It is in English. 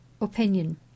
Opinion